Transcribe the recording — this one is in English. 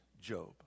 Job